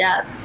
up